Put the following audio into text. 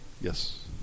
Yes